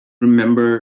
remember